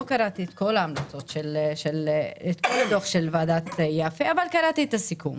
לא קראתי את כל הדוח של ועדת יפה אבל קראתי את הסיכום,